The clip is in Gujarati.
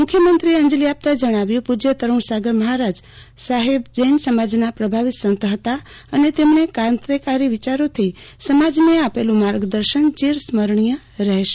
મુખ્યમંત્રીએ અંજલી આપતા જણાવ્યું પૂજ્ય તરૂણસાગર મહારાજ સાહેબ જૈન સમાજના પ્રભાવી સંત હતા અને તેમણે ક્રાંતિકારી વિચારોથી સમાજને આપેલું માર્ગદર્શન ચિરસ્મરણીય રહેશે